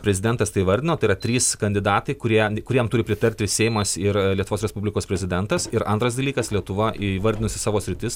prezidentas tai įvardino tai yra trys kandidatai kurie kuriem turi pritarti ir seimas ir lietuvos respublikos prezidentas ir antras dalykas lietuva įvardinusi savo sritis